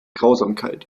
grausamkeit